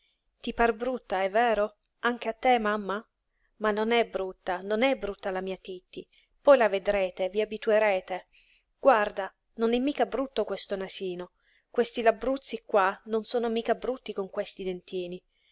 ti par brutta è vero anche a te mamma ma non è brutta non è brutta la mia titti poi la vedrete vi abituerete guarda non è mica brutto questo nasino questi labbruzzi qua non sono mica brutti con questi dentini